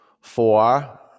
Four